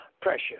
pressure